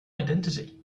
identity